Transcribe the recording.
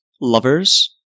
Lovers